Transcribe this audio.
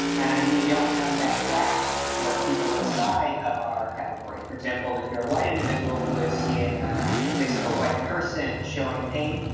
and we don't have that gap for people inside of our category. for example, if you are a white individual who is seeing a face of a white person showing pain,